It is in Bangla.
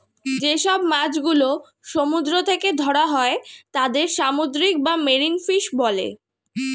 যে সব মাছ গুলো সমুদ্র থেকে ধরা হয় তাদের সামুদ্রিক বা মেরিন ফিশ বলে